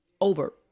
over